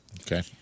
Okay